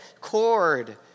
cord